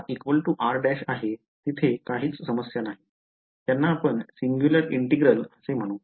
जिथे r r' आहे तिथे काहीच समस्या नाही त्यांना आपण सिंग्युलर इंटिग्रल असे म्हणू